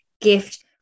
gift